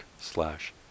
slash